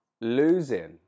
losing